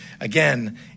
again